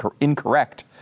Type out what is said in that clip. Incorrect